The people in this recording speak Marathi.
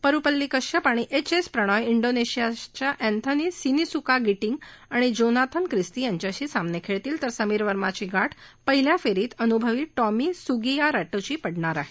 परुपल्ली कश्यप आणि एच एस प्रणॉय डीनेशियाच्या अँथनी सिनीसुका गिटींग आणि जोनातन क्रिस्ती यांच्याशी सामने खेळतील तर समीर वर्माची गाठ पहिल्या फेरीत अनुभवी टॉमी सुगियारॅटोशी पडणार आहे